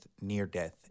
near-death